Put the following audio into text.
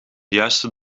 juiste